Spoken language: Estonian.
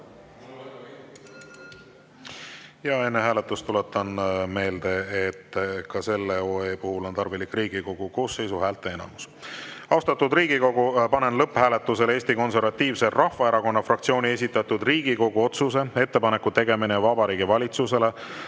Enne hääletust tuletan meelde, et ka selle OE puhul on tarvilik Riigikogu koosseisu häälteenamus. Austatud Riigikogu, panen lõpphääletusele Eesti Konservatiivse Rahvaerakonna fraktsiooni esitatud Riigikogu otsuse "Ettepaneku tegemine Vabariigi Valitsusele